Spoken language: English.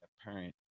apparent